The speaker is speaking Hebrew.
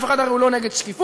אף אחד הרי לא נגד שקיפות,